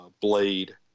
Blade